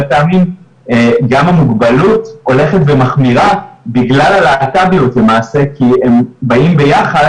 פעמים גם המוגבלות הולכת ומחמירה בגלל הלהט"ביות למעשה כי הם באים ביחד